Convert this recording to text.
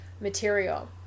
material